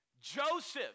Joseph